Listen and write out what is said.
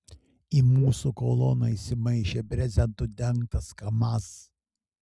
į mūsų koloną įsimaišė brezentu dengtas kamaz